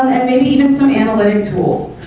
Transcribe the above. even some analytic tools.